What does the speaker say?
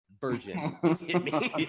virgin